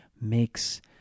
makes